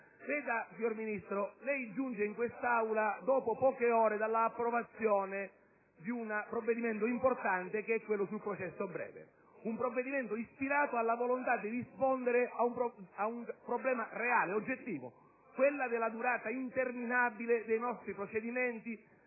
Signor Ministro, lei giunge in quest'Aula poche ore dopo l'approvazione di un provvedimento importante, che è quello sul processo breve; un provvedimento ispirato alla volontà di rispondere al problema, reale e oggettivo, della durata interminabile dei nostri procedimenti